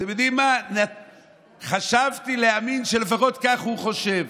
אתם יודעים מה, חשבתי להאמין שלפחות כך הוא חושב,